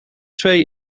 twee